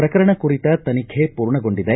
ಪ್ರಕರಣ ಕುರಿತ ತನಿಖೆ ಪೂರ್ಣಗೊಂಡಿದೆ